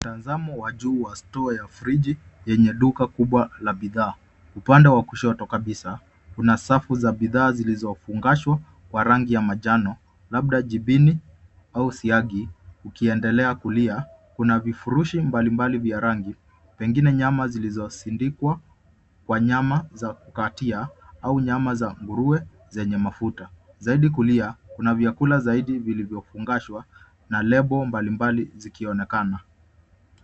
Mtazamo wa juu wa store ya friji ya duka kubwa la bidhaa. Upande wa kushoto kabisa kuna safu za bidhaa zilizofungashwa kwa rangi ya manjano labda jibini au siagi. Ukiendelea kulis, kuna vifurushi mbalimbali vya rangi, pengine nyama vilivyosindikwa kwa nyama za kukatia au nyama za nguruwe zenye mafuta. Zaidi kulia, kuna vyakula vilivyofungashwa na lebo mbalimbali zikionekana.